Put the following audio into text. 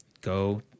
Go